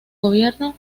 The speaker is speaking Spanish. gobierno